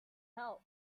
help